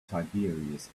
tiberius